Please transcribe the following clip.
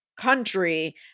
country